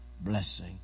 blessing